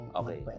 okay